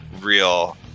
real